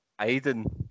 Aiden